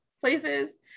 places